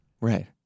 Right